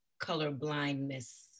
colorblindness